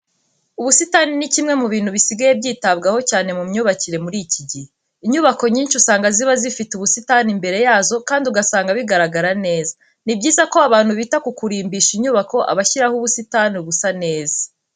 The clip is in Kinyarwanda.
Ubusitani ni kimwe mu bintu bisigaye byitabwaho cyane mu myubakire muri iki gihe. Inyubako nyinshi usanga ziba zifite ubusitani imbere yazo kandi ugasanga bigaragara neza. Ni byiza ko abantu bita ku kurimbisha inyubako abashyiraho ubusitani busa neza.